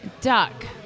Duck